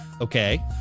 Okay